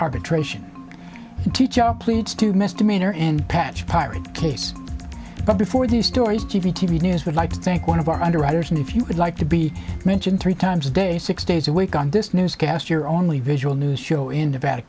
arbitration pleats to misdemeanor and patch pirate case but before these stories t v t v news would like to thank one of our underwriters and if you would like to be mentioned three times a day six days a week on this newscast your only visual news show in